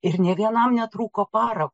ir nė vienam netrūko paro